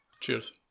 Cheers